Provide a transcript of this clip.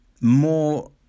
more